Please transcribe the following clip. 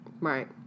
right